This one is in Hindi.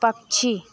पक्षी